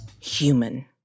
human